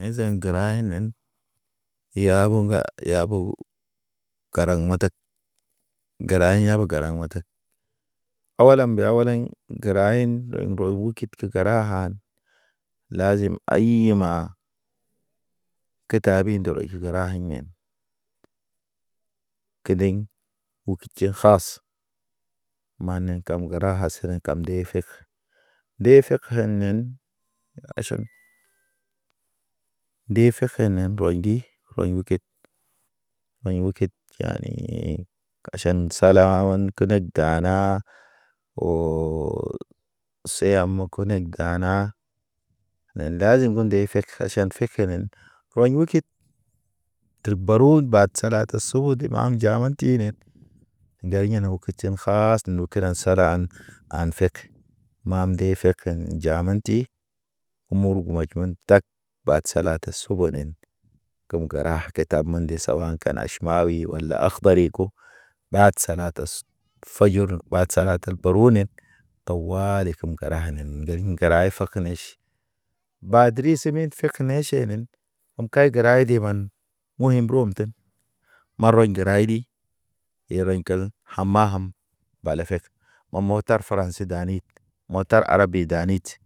Ha̰, na o sado rḛʃ odo sa rḛnti, naŋ ta seŋ es go taziŋ na seŋge gona ʃugu seŋgeŋ ti. Me de nɔm ŋgal be do̰ tʃeri ɓe nda tag. Lakin de kil bo, ɓee na mbo. Kalas ḭ kalbat kalbat sḭ njem tʃod ge go sḭ njem tʃod dro. Wa sa di ɓeti god koɲiŋ kalbat ki ya piya degedege do̰ do̰ mo̰ ŋgali e karab. E təraŋ fu sal ke tɔ ge nje Leʃ lame kɔliŋ ge ne naza mid, koliŋ nen kalba keɲ ta. Taara naŋganen ɔŋ ɔrgo da kɔliŋ kalas kin tara naŋga torgod kosiŋko. Deri ɔs kosnam ɔs ɗiɗi ko, karas ki ya̰ten tɔg del fa el kɔsmo usma hajere wen. Ɓar jo̰ ɓeɲi jɔrmo roho da lɔm ɓeɲi bariya. Ɔŋ ŋgara la. Me zam ne ili gar ɗiɗi ko, gar de ɗi koto noɲoy go inti. Elk ayi ma gara koto, tondo ŋgew uji hid sawa sawa. Sawa an kad ɗi, aseg jɔr ndikad, tar yana ɓod yḛ ɗa man jɔr han tro ine. Jer ha̰ nimi zama kam, kam momi gar kara ko. Momi gal sukoroko, mezam lakin. Ketar kib jene kɔlḛ nderwayḭ sawa sawa, gete naag kalba tu kɔlɔŋo yani ɔni zam ge dano feydi ɗa iwa.